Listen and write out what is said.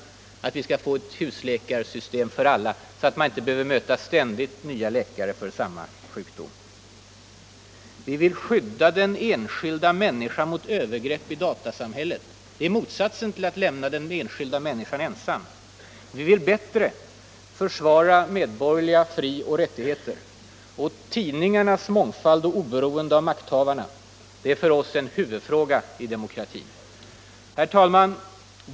Vi har föreslagit ett husläkarsystem för alla, så att man inte behöver möta ständigt nya läkare för samma sjukdom. Vi vill skydda den enskilda människan mot övergrepp i datasamhället. Det är motsatsen till att lämna den enskilda människan ensam. Vi vill bättre försvara medborgerliga fri och rättigheter. Tidningarnas mångfald och oberoende av makthavarna är för oss en huvudfråga i demokratin. Herr talman!